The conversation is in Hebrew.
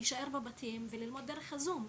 להישאר בבתים וללמוד דרך הזום,